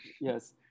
Yes